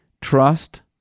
trust